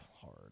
hard